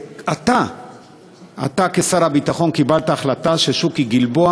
גם בגבול הצפון וגם בגבול הדרום.